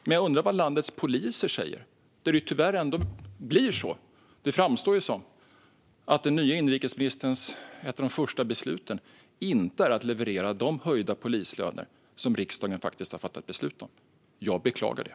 Men jag undrar vad landets poliser säger om det tyvärr ändå blir som det framstår: att ett av den nya inrikesministerns första beslut inte är att leverera de höjda polislöner som riksdagen har fattat beslut om. Jag beklagar det.